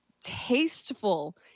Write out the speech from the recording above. tasteful